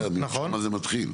משם זה מתחיל.